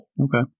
Okay